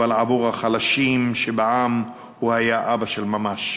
אבל עבור החלשים שבעם הוא היה אבא של ממש.